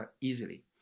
easily